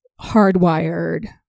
hardwired